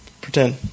pretend